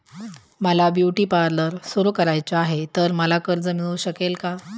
मला beauty parlour सुरू करायचे आहे तर मला कर्ज मिळू शकेल का?